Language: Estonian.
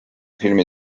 filmi